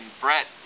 Brett